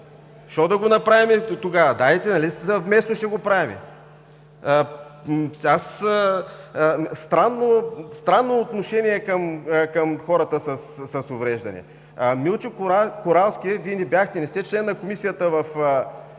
Защо да го направим дотогава? Дайте, нали съвместно ще го правим?! Странно отношение към хората с увреждания! Минчо Коралски – Вие не бяхте, не сте член на Комисията по